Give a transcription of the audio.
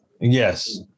Yes